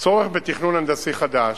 צורך בתכנון הנדסי חדש,